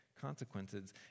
consequences